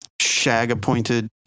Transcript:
shag-appointed